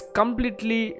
completely